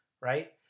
right